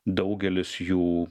daugelis jų